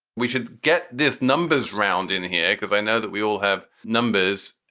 we should get this numbers round in here, because i know that we all have numbers.